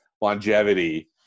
longevity